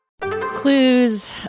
Clues